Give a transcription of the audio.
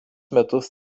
metus